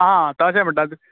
हा तशे म्हणटा